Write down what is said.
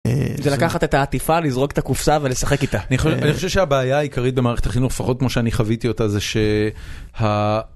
זה לקחת את העטיפה, לזרוק את הקופסה ולשחק איתה. אני חושב שהבעיה העיקרית במערכת החינוך, לפחות כמו שאני חוויתי אותה, זה שה...